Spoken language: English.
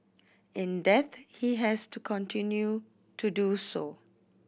in death he has to continued to do so